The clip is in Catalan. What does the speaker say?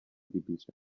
divisa